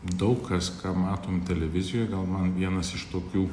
daug kas ką matom televizijoj gal man vienas iš tokių